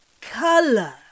Color